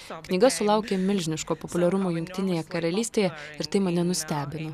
knyga sulaukė milžiniško populiarumo jungtinėje karalystėje ir tai mane nustebino